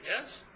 yes